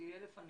שזה יהיה בפנינו